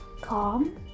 calm